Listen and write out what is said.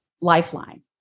lifeline